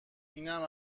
اینم